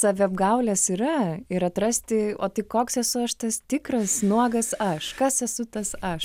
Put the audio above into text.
saviapgaulės yra ir atrasti o tai koks esu aš tas tikras nuogas aš kas esu tas aš